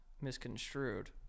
misconstrued